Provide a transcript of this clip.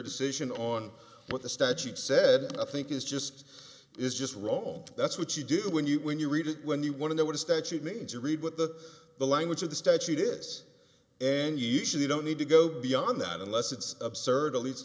decision on what the statute said i think is just is just wrong that's what you do when you when you read it when you want to know what it actually means you read what the the language of the statute is and you usually don't need to go beyond that unless it's absurd it lea